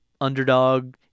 underdog